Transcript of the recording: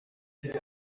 ari